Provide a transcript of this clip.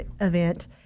event